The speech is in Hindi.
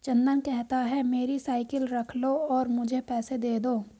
चंदन कहता है, मेरी साइकिल रख लो और मुझे पैसे दे दो